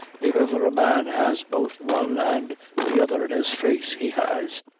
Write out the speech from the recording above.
if ever a man has both one and the other in his face, he has.